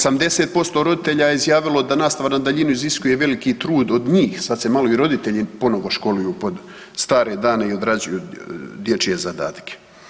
80% roditelja je izjavilo da nastava na daljinu iziskuje veliki trud od njih, sad se malo i roditelji ponovo školuju pod stare dane i odrađuju dječje zadatke.